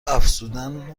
افزودن